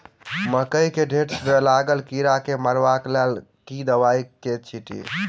मकई केँ घेँट मे लागल कीड़ा केँ मारबाक लेल केँ दवाई केँ छीटि?